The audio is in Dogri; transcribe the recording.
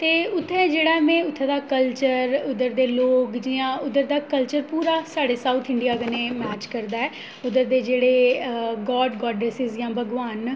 ते उत्थै जेह्ड़ा ऐ में उत्थै दा कल्चर उद्धर दे लोग जि'य़ां उद्धर दा कल्चल पूरा साढ़े साउथ इंडिया कन्नै मैच करदा ऐ उद्धर दे जेह्ड़े अऽ गॉड गॉड्डैसिज़ या भगवान न